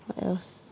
what else